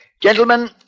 Gentlemen